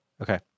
Okay